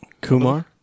Kumar